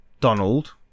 Donald